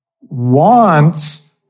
wants